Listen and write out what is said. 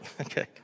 Okay